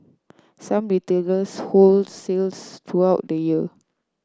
some retailers hold sales throughout the year